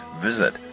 visit